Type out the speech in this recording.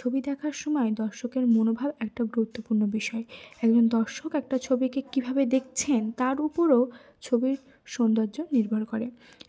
ছবি দেখার সময় দর্শকের মনোভাব একটা গুরুত্বপূর্ণ বিষয় একজন দর্শক একটা ছবিকে কীভাবে দেখছেন তার উপরও ছবির সৌন্দর্য নির্ভর করে